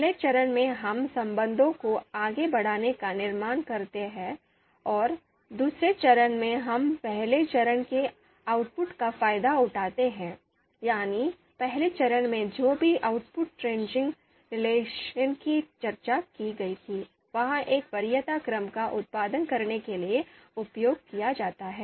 पहले चरण में हम संबंधों को आगे बढ़ाने का निर्माण करते हैं और दूसरे चरण में हम पहले चरण के आउटपुट का फायदा उठाते हैं यानी पहले चरण में जो भी आउटरेंजिंग रिलेशन की चर्चा की गई थी वह एक वरीयता क्रम का उत्पादन करने के लिए उपयोग किया जाता है